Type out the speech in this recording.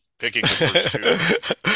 Picking